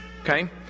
Okay